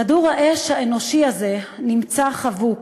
כדור האש האנושי הזה נמצא חבוק,